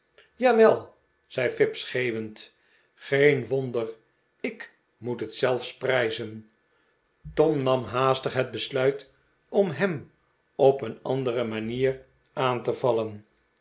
jawel zei fips geeuwend geen wonder ik moet het zelfs prijzen tom nam haastig het besluit om hem op een andere manier aan te vallen